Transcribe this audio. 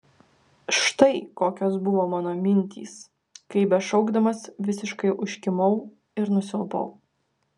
štai kokios buvo mano mintys kai bešaukdamas visiškai užkimau ir nusilpau